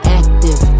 active